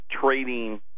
trading